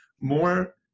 more